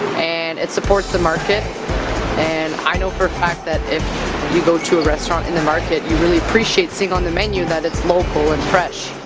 and it supports the market and i know for a fact that if you go to a restaurant in the market, you really appreciate seeing on the menu that it's local and fresh.